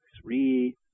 three